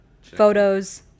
photos